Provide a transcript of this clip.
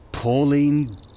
Pauline